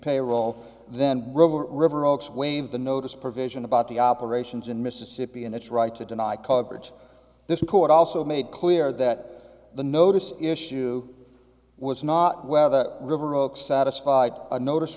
payroll then river river oaks waived the notice provision about the operations in mississippi and its right to deny coverage this court also made clear that the notice issue was not whether river oaks satisfied a notice